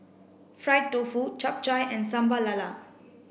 fried tofu Chap Chai and Sambal Lala